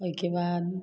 उसके बाद